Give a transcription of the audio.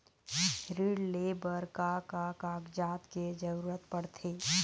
ऋण ले बर का का कागजात के जरूरत पड़थे?